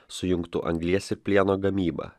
sujungtų anglies ir plieno gamybą